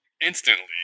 instantly